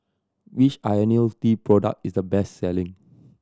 which Ionil T product is the best selling